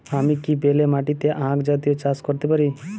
আমি কি বেলে মাটিতে আক জাতীয় চাষ করতে পারি?